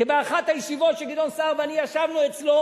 באחת הישיבות שגדעון סער ואני ישבנו אצלו